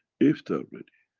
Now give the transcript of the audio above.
if they're ready.